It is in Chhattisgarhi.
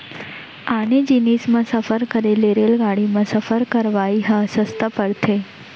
आने जिनिस म सफर करे ले रेलगाड़ी म सफर करवाइ ह सस्ता परथे